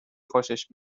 خوشش